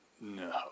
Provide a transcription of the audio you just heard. no